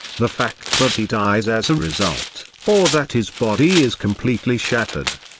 the fact that he dies as a result, or that his body is completely shattered,